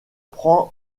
prend